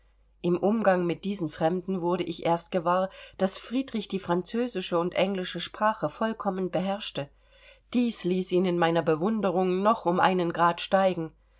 im umgang mit diesen fremden wurde ich erst gewahr daß friedrich die französische und englische sprache vollkommen beherrschte dies ließ ihn in meiner bewunderung noch um einen grad steigen